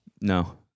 No